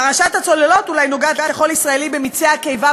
פרשת הצוללות אולי נוגעת לכל ישראלי במיצי הקיבה,